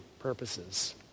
purposes